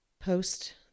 post